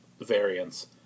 variants